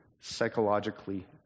psychologically